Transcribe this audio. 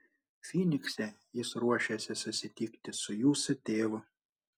fynikse jis ruošėsi susitikti su jūsų tėvu